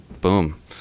boom